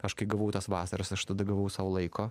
aš kai gavau tas vasaras aš tada gavau sau laiko